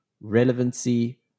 relevancy